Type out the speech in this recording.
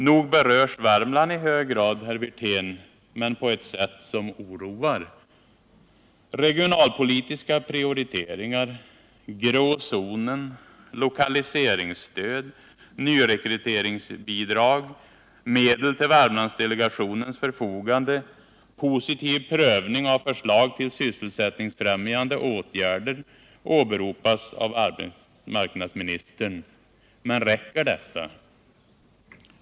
Nog berörs Värmland i hög grad, herr Wirtén, men på ett sätt som oroar! Regionalpolitiska prioriteringar, grå zonen, lokaliseringsstöd, nyrekryteringsbidrag, medel till Värmlandsdelegationens förfogande, positiv prövning av förslag till sysselsättningsfrämjande åtgärder åberopas av arbetsmarknadsministern. Men räcker detta?